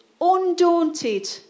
undaunted